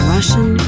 Russian